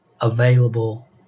available